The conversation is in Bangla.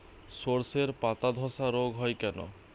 শর্ষের পাতাধসা রোগ হয় কেন?